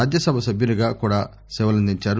రాజ్యసభ్యునిగా కూడా సేవలందించారు